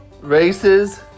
races